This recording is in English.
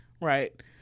right